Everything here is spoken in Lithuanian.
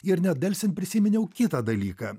ir nedelsiant prisiminiau kitą dalyką